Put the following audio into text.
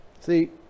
See